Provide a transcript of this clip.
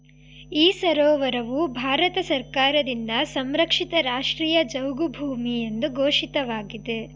ಈ ಸರೋವರವು ಭಾರತ ಸರ್ಕಾರದಿಂದ ಸಂರಕ್ಷಿತ ರಾಷ್ಟ್ರೀಯ ಜೌಗು ಭೂಮಿ ಎಂದು ಘೋಷಿತವಾಗಿದೆ